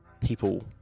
people